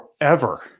forever